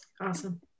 Awesome